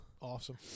Awesome